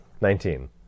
Nineteen